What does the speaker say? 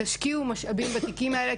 תשקיעו משאבים בתיקים האלו,